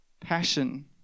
Passion